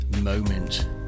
moment